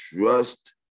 Trust